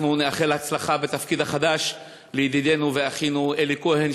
נאחל הצלחה בתפקיד החדש לידידינו ואחינו אלי כהן,